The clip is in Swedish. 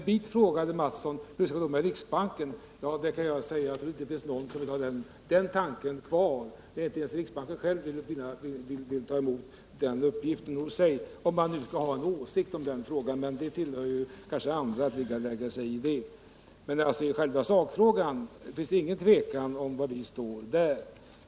Hur skall det gå med riksbanken, frågade Kjell Mattsson. Jag kan säga —-om man nu skall ha en åsikt i den frågan, men det är kanske andras sak att lägga sig i det— att jag inte tror att det finns någon som vidhäller den tanken. Jag tror inte ens riksbanken själv vill ta cmot den uppgiften. Men i själva sakfrågan råder det inget tvivel om var vi står.